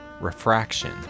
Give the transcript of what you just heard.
refraction